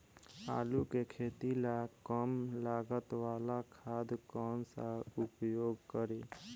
आलू के खेती ला कम लागत वाला खाद कौन सा उपयोग करी?